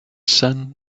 sun